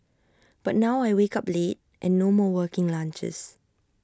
but now I wake up late and no more working lunches